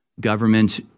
Government